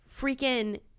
freaking